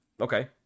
Okay